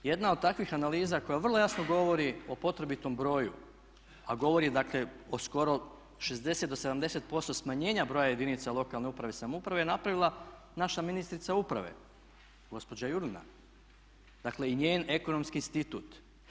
Jedna od takvih analiza koja vrlo jasno govori o potrebitom broju a govori dakle o skoro 60 do 70% smanjenja broja jedinica lokalne uprave i samouprave je napravila naša ministrica uprave gospođa Jurlina i njen Ekonomski institut.